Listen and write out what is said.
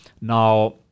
Now